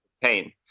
pain